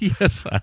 yes